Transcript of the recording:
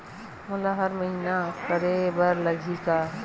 मोला हर महीना करे बर लगही का?